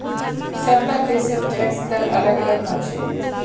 सबला देशेर टैक्स दर अलग अलग ह छेक